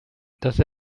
dass